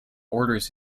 orders